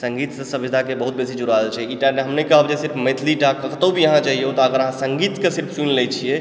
सङ्गीतसँ सभ्यताके बहुत बेसी जुड़ि रहल छै ई टा हम नहि कहब जे सिर्फ मैथिलीटा कतौ भी अहाँ जइयौ तऽ अगर अहाँ सङ्गीतके सिर्फ सुनि लै छियै